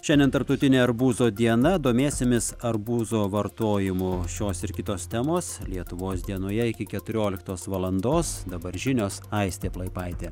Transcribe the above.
šiandien tarptautinė arbūzo diena domėsimės arbūzo vartojimu šios ir kitos temos lietuvos dienoje iki keturioliktos valandos dabar žinios aistė plaipaitė